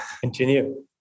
continue